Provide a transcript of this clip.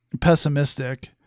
pessimistic